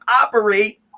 operate